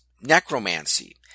necromancy